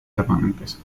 permanentes